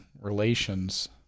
relations